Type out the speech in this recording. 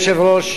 אדוני היושב-ראש,